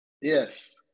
Yes